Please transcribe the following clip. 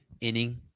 inning